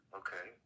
okay